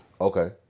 Okay